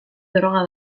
droga